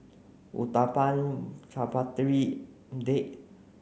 Uthapam Chaat Papri Date